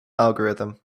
algorithm